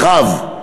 אחיו.